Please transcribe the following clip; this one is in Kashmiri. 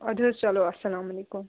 اَدٕ حظ چلو السلام علیکُم